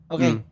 Okay